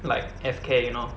like F care you know